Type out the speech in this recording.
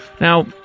Now